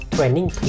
Training